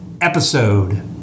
episode